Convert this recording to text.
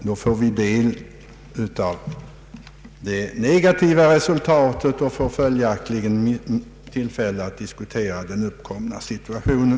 Blir det negativt resultat, får vi tillfälle att diskutera den uppkomna situationen.